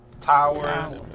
towers